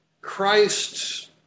Christ